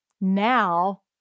now